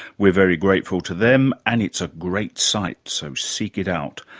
we're very grateful to them and it's a great site, so seek it out.